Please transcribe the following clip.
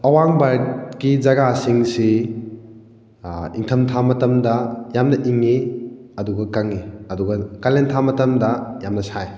ꯑꯋꯥꯡ ꯚꯥꯔꯠꯀꯤ ꯖꯒꯥꯁꯤꯡꯁꯤ ꯏꯪꯊꯝ ꯊꯥ ꯃꯇꯝꯗ ꯌꯥꯝꯅ ꯏꯪꯏ ꯑꯗꯨꯒ ꯀꯪꯏ ꯑꯗꯨꯒ ꯀꯥꯂꯦꯟ ꯊꯥ ꯃꯇꯝꯗ ꯌꯥꯝꯅ ꯁꯥꯏ